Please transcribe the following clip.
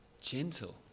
Gentle